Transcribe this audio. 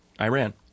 Iran